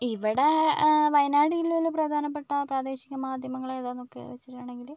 ഇവിടെ വയനാട് ജില്ലയിൽ പ്രധാനപ്പെട്ട പ്രാദേശിക മാധ്യമങ്ങൾ ഏതാന്നൊക്കെ വെച്ചിട്ടുണ്ടങ്കിൽ